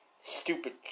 stupid